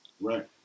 Right